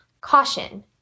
Caution